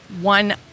One